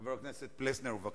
חבר הכנסת פלסנר, בבקשה.